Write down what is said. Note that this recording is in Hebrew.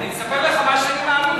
אני מספר לך מה שאני מאמין.